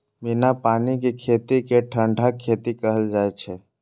बिना पानि के खेती कें ठंढा खेती कहल जाइ छै